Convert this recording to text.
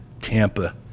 Tampa